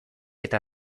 eta